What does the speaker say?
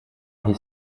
his